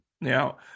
Now